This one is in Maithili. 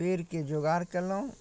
पेड़के जोगाड़ कएलहुँ